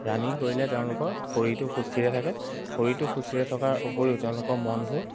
running কৰিলে তেওঁলোকৰ শৰীৰটো সুস্থিৰে থাকে শৰীৰটো সুস্থিৰে থকাৰ উপৰিও তেওঁলোকৰ মনবোৰ